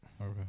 okay